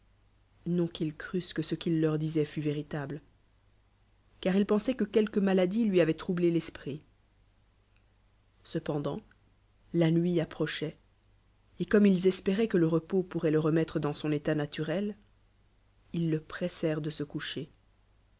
nad qu'ils crussent que ce qu'il leur disoit fût éritable car ils pensaient que quelque maladie lui avoit troublé l'esprit cependant la nuit approchoit et comme ils espéraient que le repos hourroit le remettre dans son état naturel ils le pnssprent de se coucher